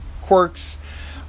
quirks